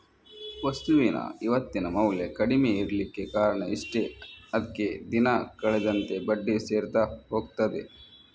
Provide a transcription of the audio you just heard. ವಸ್ತುವಿನ ಇವತ್ತಿನ ಮೌಲ್ಯ ಕಡಿಮೆ ಇರ್ಲಿಕ್ಕೆ ಕಾರಣ ಇಷ್ಟೇ ಅದ್ಕೆ ದಿನ ಕಳೆದಂತೆ ಬಡ್ಡಿ ಸೇರ್ತಾ ಹೋಗ್ತದೆ